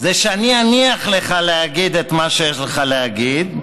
זה שאני אניח לך להגיד את מה שיש לך להגיד,